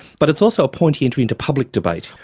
but it's also a pointy entry into public debate.